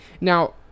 Now